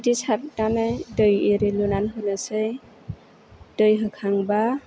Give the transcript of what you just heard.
बिदि सारनानै दै एरि लुनानै होनोसै दै होखांबा